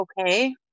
okay